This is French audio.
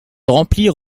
remplir